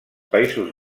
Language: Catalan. països